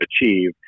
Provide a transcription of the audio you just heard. achieve